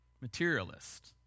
materialist